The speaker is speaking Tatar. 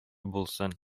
булсын